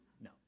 No